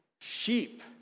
Sheep